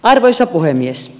arvoisa puhemies